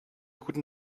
guten